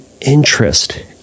interest